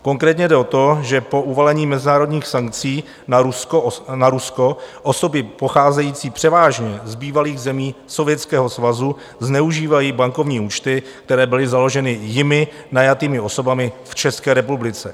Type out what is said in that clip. Konkrétně jde o to, že po uvalení mezinárodních sankcí na Rusko osoby pocházející převážně z bývalých zemí Sovětského svazu zneužívají bankovní účty, které byly založeny jimi najatými osobami v České republice.